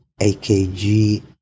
akg